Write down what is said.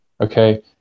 Okay